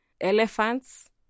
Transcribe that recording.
elephants